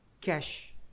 cash